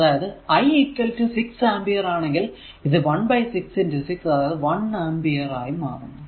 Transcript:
അതായതു I 6 ampere ആണെങ്കിൽ ഇത് ⅙ 6 അതായത് 1 ആമ്പിയർ ആയി മാറുന്നു